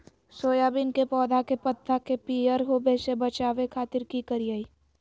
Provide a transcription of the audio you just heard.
Soybean के पौधा के पत्ता के पियर होबे से बचावे खातिर की करिअई?